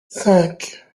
cinq